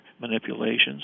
manipulations